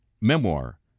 Memoir